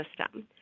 system